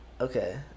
okay